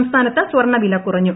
സംസ്ഥാനത്ത് സ്ർണ വില കുറഞ്ഞു